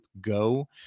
go